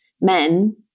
men